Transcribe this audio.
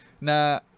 na